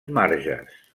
marges